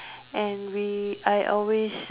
and we I always